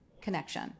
connection